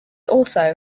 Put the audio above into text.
also